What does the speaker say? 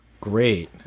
Great